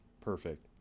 perfect